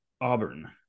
Auburn